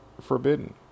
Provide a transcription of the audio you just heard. forbidden